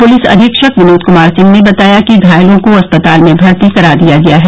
police अधीक्षक विनोद कुमार सिंह ने बताया कि घायलों को अस्पताल में भर्ती करा दिया गया है